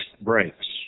breaks